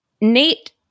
Nate